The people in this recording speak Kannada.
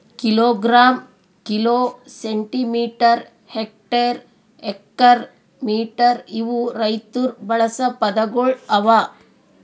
kilogram, kilo, centimetre, hectare, acre, metre ಇವು ರೈತುರ್ ಬಳಸ ಪದಗೊಳ್ ಅವಾ